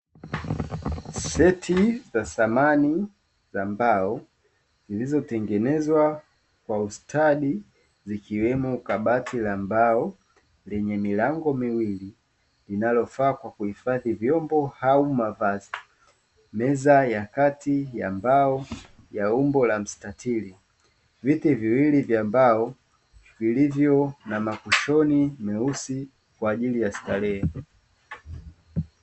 Seti za samani za mbao zilizotengenezwa kwa ustadi zikiwemo: kabati la mbao lenye milango miwili linalofaa kwa kuhifadhi vyombo au mavazi, meza ya kati ya mbao ya umbo la mstatili, viti viwili vya mbao vilivyo na makushoni meusi kwa ajili ya starehe.